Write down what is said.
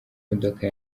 imodoka